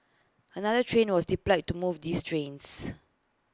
another train was deployed to move these trains